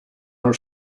her